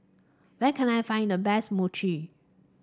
where can I find the best Mochi